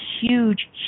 huge